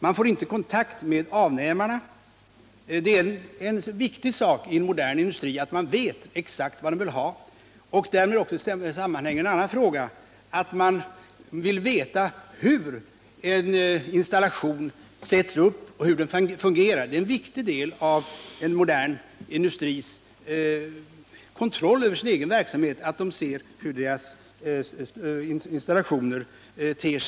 Man får inte kontakt med avnämarna. En viktig sak i modern industri är dock att man vet exakt vad mottagarna vill ha. Man vill också veta hur en installation sätts upp och fungerar. En viktig del av en modern industris kontroll över sin egen verksamhet är att se hur dess installationer fungerar.